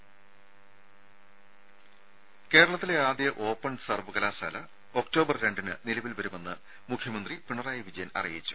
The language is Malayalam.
രേര കേരളത്തിലെ ആദ്യ ഓപ്പൺ സർവകലാശാല ഒക്ടോബർ രണ്ടിന് നിലവിൽ വരുമെന്ന് മുഖ്യമന്ത്രി പിണറായി വിജയൻ അറിയിച്ചു